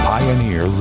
Pioneer